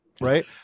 right